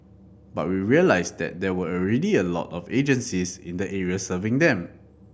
but we realised that there were already a lot of agencies in the area serving them